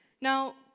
Now